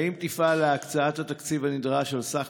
1. האם תפעל להקצאת התקציב הנדרש על סך